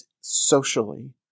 socially